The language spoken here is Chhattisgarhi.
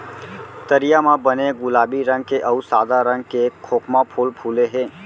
तरिया म बने गुलाबी रंग के अउ सादा रंग के खोखमा फूल फूले हे